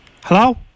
Hello